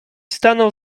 stanął